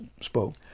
spoke